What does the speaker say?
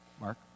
Mark